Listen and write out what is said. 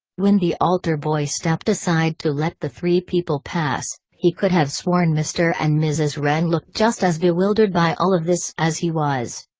when the altar boy stepped aside to let the three people pass, he could have sworn mr. and mrs. wren looked just as bewildered by all of this as he was.